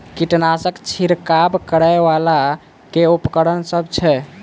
कीटनासक छिरकाब करै वला केँ उपकरण सब छै?